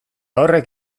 horrek